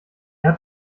hat